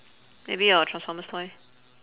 maybe your transformers toy